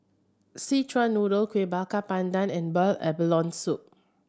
Szechuan Noodle Kuih Bakar Pandan and boiled abalone soup